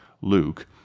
Luke